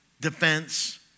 defense